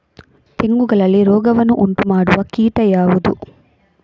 ತೆಂಗುಗಳಲ್ಲಿ ರೋಗವನ್ನು ಉಂಟುಮಾಡುವ ಕೀಟ ಯಾವುದು?